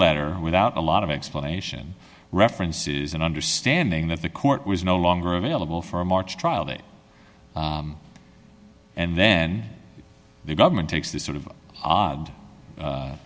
letter without a lot of explanation references an understanding that the court was no longer available for a march trial date and then the government takes this sort of